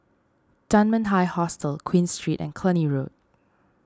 Dunman High Hostel Queen Street and Cluny Road